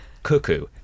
Cuckoo